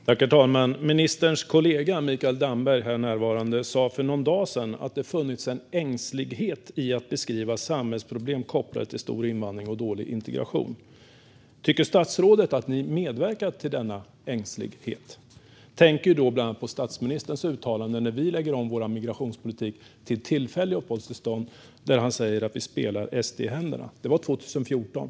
Herr talman! Ministerns kollega Mikael Damberg, här närvarande, sa för någon dag sedan att det funnits en ängslighet i att beskriva samhällsproblem kopplade till stor invandring och dålig integration. Tycker statsrådet att ni medverkat till denna ängslighet? Jag tänker då bland annat på statsministerns uttalande när vi lade om vår migrationspolitik till tillfälliga uppehållstillstånd. Han sa att vi spelade SD i händerna. Det var år 2014.